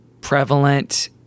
prevalent